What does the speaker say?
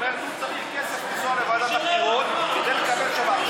כלומר הוא צריך כסף לנסוע לוועדת הבחירות כדי לקבל שובר.